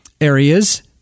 areas